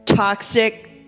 Toxic